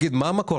תגיד, מה מקור